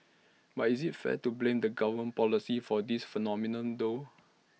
but is IT fair to blame the government's policy for this phenomenon though